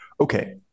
okay